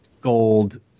gold